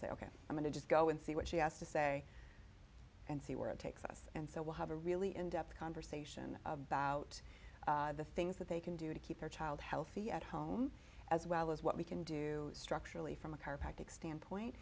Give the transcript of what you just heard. say ok i'm going to just go and see what she has to say and see where it takes us and so we'll have a really in depth conversation about the things that they can do to keep their child healthy at home as well as what we can do structurally from a car practic standpoint